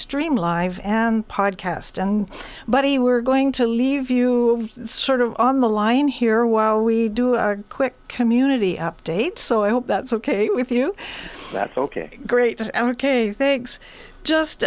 stream live and podcast and but he we're going to leave you sort of on the line here while we do a quick community update so i hope that's ok with you that's ok great ok thanks just